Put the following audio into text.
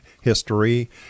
history